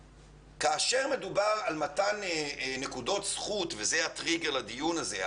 כאשר מדובר על מתן נקודות זכות שזה הרי הטריגר לדיון הזה,